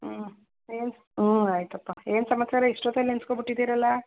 ಹ್ಞೂ ಹ್ಞೂ ಊಂ ಆಯಿತಪ್ಪ ಏನು ಸಮಾಚಾರ ಇಷ್ಟೊತ್ತಲ್ಲಿ ನೆನ್ಸ್ಕೊಬಿಟ್ಟಿದೀರಲ್ಲಾ